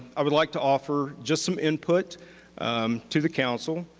i would like to offer just some input to the council.